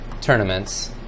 tournaments